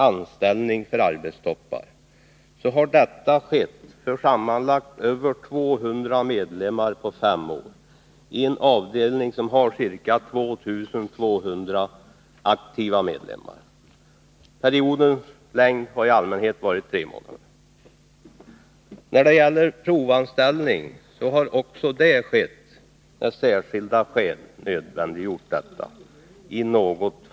Anställning vid arbetstoppar, för att börja med detta, har skett för sammanlagt över 200 medlemmar på fem år, i en avdelning som har ca 2 200 aktiva medlemmar. Periodens längd har i allmänhet varit tre månader. Provanställning har också skett i något fall, när särskilda skäl nödvändiggjort detta.